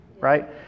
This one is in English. right